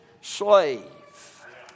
slave